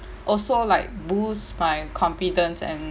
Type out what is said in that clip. also like boost my confidence and